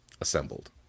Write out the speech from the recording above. assembled